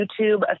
YouTube